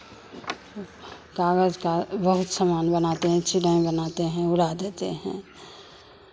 कागज़ का बहुत सामान बनाते हैं चिड़इ बना देते हैं उड़ा देते हैं